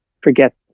forget